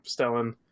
Stellan